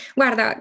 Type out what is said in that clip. guarda